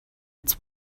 its